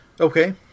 Okay